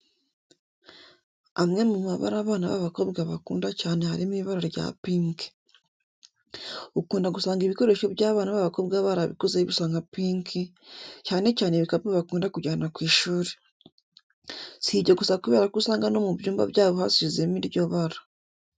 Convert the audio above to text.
Amwe mu mabara abana b'abakobwa bakunda cyane harimo ibara rya pinki. Ukunda gusanga ibikoresho by'abana b'abakobwa barabikoze bisa nka pinki, cyane cyane ibikapu bakunda kujyana ku ishuri. Si ibyo gusa kubera ko usanga no mu byumba byabo hasizemo iryo bara.